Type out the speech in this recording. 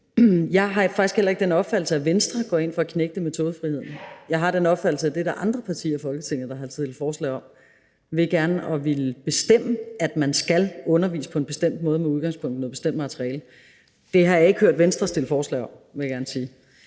Jeg har faktisk heller ikke den opfattelse, at Venstre går ind for at knægte metodefriheden. Jeg har den opfattelse, at det er der andre partier i Folketinget der gør, og som har fremsat forslag om gerne at ville bestemme, at man skal undervise på en bestemt måde med udgangspunkt i noget bestemt materiale. Det har jeg ikke hørt Venstre fremsætte forslag om, vil jeg gerne sige.